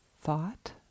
thought